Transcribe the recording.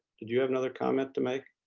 did you have another comment to make?